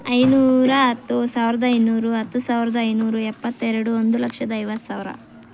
ಐನೂರ ಹತ್ತು ಸಾವಿರದ ಐನೂರು ಹತ್ತು ಸಾವಿರದ ಐನೂರು ಎಪ್ಪತ್ತೆರಡು ಒಂದು ಲಕ್ಷದ ಐವತ್ತು ಸಾವಿರ